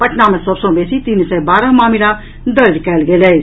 पटना मे सभ सँ बेसी तीन सय बारह मामिला दर्ज कयल गेल अछि